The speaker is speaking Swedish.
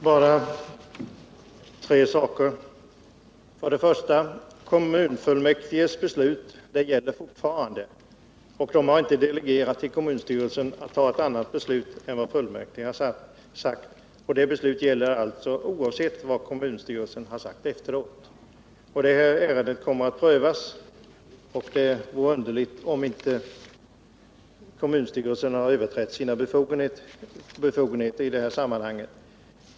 Herr talman! Jag vill bara påpeka tre saker. 1. Kommunfullmäktiges beslut gäller fortfarande. Fullmäktige har inte delegerat till kommunstyrelsen att fatta ett annat beslut än vad fullmäktige har gjort. Det beslutet gäller oavsett vad kommunstyrelsen har sagt efteråt. Det här ärendet kommer att prövas, och det vore underligt om det inte visar sig att kommunstyrelsen har överträtt sina befogenheter i detta sammanhang.